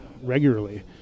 regularly